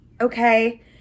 Okay